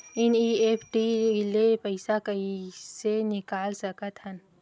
NEFT ले पईसा कइसे निकाल सकत हन?